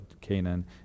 Canaan